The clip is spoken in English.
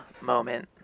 moment